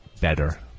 better